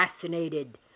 fascinated